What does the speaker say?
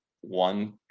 one